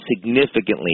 significantly